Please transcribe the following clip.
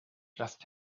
just